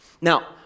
Now